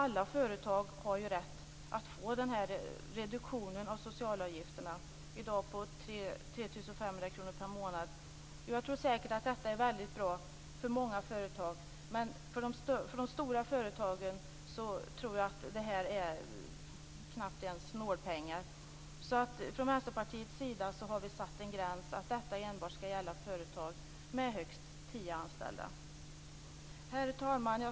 Alla företag har rätt att få en reduktion av socialavgifterna, i dag på 3 500 kr per månad. Jag tror säkert att detta är väldigt bra för många företag, men för de stora företagen tror jag att det knappt ens är nålpengar. Från Vänsterpartiets sida har vi satt en gräns och sagt att detta enbart skall gälla företag med högst tio anställda. Herr talman!